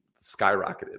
skyrocketed